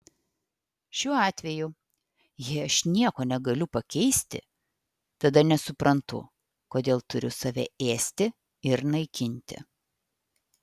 šiuo atveju jei aš nieko negaliu pakeisti tada nesuprantu kodėl turiu save ėsti ir naikinti